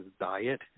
diet